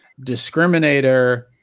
discriminator